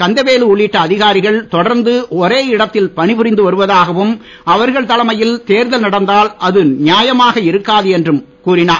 கந்தவேலு உள்ளிட்ட அதிகாரிகள் தொடர்ந்து ஒரே இடத்தில் பணிப் புரிந்து வருவதாகவும் அவர்களை தலைமையில் தேர்தல் நடந்தால் அது நியாயமாக இருக்காது என்றும் அவர் கூறினார்